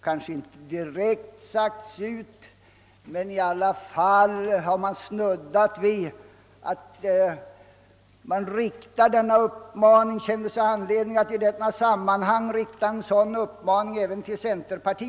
Man har också snuddat vid att rikta den maningen till centerpartiet, även om det inte har sagts ut direkt.